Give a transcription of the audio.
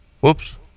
Whoops